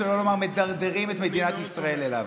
שלא לומר מדרדרים את מדינת ישראל אליו.